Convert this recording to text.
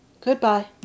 Goodbye